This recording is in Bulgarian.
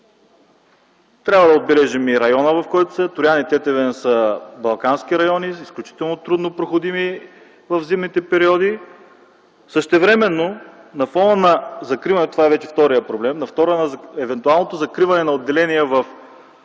Трябва да отбележим и района, в който са: Троян и Тетевен са балкански райони, изключително трудно проходими в зимните периоди. Същевременно на фона на закриването - това вече е вторият проблем, при евентуалното закриване на отделенията